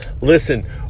Listen